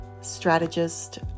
strategist